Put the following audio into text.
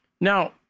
Now